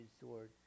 sword